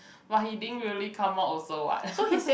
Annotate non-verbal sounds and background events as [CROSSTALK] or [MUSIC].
but he didn't really come out also what [LAUGHS]